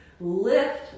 Lift